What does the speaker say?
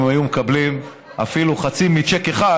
אם הם היו מקבלים אפילו חצי מצ'ק אחד,